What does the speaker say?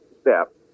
step